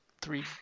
three